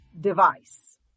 device